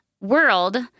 world